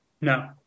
No